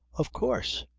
of course?